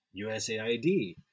USAID